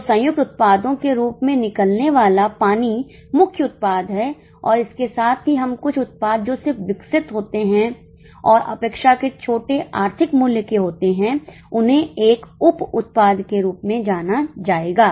तो संयुक्त उत्पादों के रूप में निकलने वाला पानी मुख्य उत्पाद हैं और इसके साथ ही हम कुछ उत्पाद जो सिर्फ विकसित होते हैं और अपेक्षाकृत छोटे आर्थिक मूल्य के होते हैं उन्हें एक उप उत्पाद के रूप में माना जाएगा